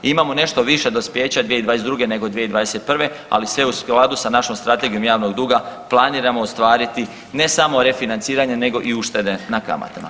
Imamo nešto više dospijeća 2022. nego 2021., ali sve u skladu sa našom strategijom javnog duga planiramo ostvariti ne samo refinanciranje nego i uštede na kamatama.